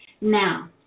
Now